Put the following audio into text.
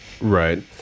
Right